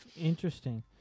Interesting